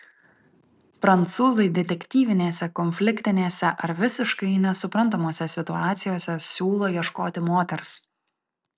prancūzai detektyvinėse konfliktinėse ar visiškai nesuprantamose situacijose siūlo ieškoti moters